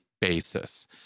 basis